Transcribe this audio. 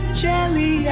jelly